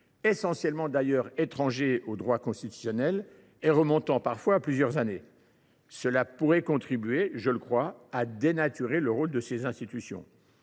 essentiellement étrangers au droit constitutionnel et remontant parfois à plusieurs années. Cela pourrait contribuer à dénaturer le rôle de cette institution.